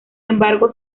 embargo